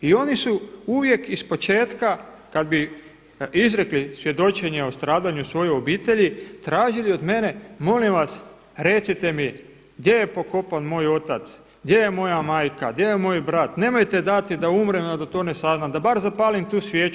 I oni su vijek iz početka kada bi izrekli svjedočenje o stradanju svoje obitelji tražili od mene molim vas recite mi gdje je pokopan moj otac, gdje je moja majka, gdje je moj brat, nemojte dati da umrem, a da to ne saznam, da bar zapalim tu svijetu.